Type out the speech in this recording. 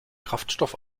kraftstoff